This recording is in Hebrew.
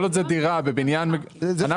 אנחנו